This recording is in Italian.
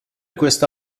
questa